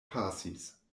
pasis